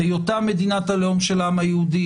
היותה מדינת הלאום של העם היהודי?